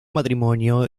matrimonio